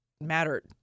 mattered